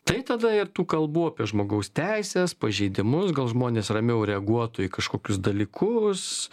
tai tada ir tų kalbų apie žmogaus teises pažeidimus gal žmonės ramiau reaguotų į kažkokius dalykus